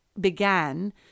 began